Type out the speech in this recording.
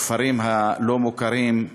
חברי חברי הכנסת, כנסת ריקה,